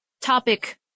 topic